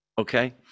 Okay